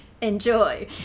enjoy